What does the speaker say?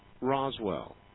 Roswell